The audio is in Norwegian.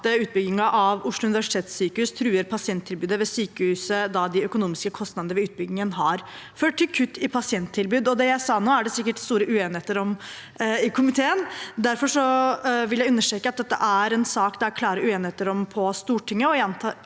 utbyggingen av Oslo universitetssykehus truer pasienttilbudet ved sykehuset, da de økonomiske kostnadene ved utbyggingen har ført til kutt i pasienttilbudet. Det jeg sa nå, er det sikkert stor uenighet om i komiteen. Derfor vil jeg understreke at dette er en sak det er klar uenighet om på Stortinget,